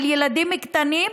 על ילדים קטנים,